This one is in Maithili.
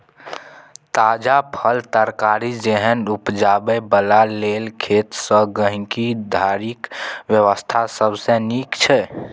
ताजा फल, तरकारी जेहन उपजाबै बला लेल खेत सँ गहिंकी धरिक व्यवस्था सबसे नीक छै